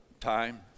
time